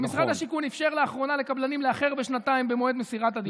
ומשרד השיכון אפשר לאחרונה לקבלנים לאחר בשנתיים במועד מסירת הדירה.